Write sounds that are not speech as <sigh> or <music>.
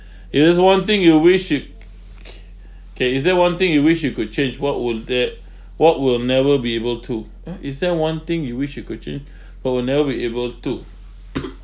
is there's one thing you wish you c~ kay is there one thing you wish you could change what would that <breath> what will never be able to ah is there one thing you wish you could change <breath> but will never be able to <coughs>